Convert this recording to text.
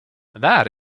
that